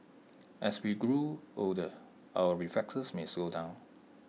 as we grow older our reflexes may slow down